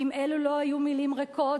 ואם אלה לא היו מלים ריקות,